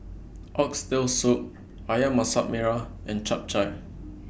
Oxtail Soup Ayam Masak Merah and Chap Chai